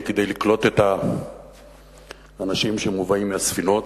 כדי לקלוט את האנשים שמובאים מהספינות,